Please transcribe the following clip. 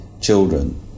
children